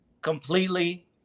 completely